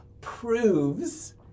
proves